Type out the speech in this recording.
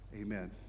Amen